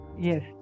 Yes